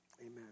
Amen